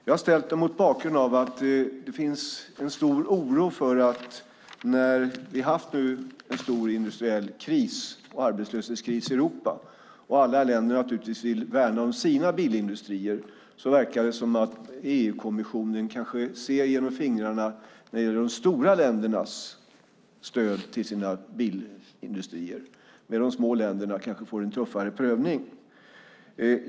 Jag har ställt dem mot bakgrund av att det finns en stor oro när vi nu har haft en stor industriell kris och arbetslöshetskris i Europa. Alla länder vill naturligtvis värna om sina bilindustrier, och det verkar som att EU-kommissionen kanske ser mellan fingrarna när det gäller de stora ländernas stöd till sina bilindustrier medan de små länderna kanske får en tuffare prövning.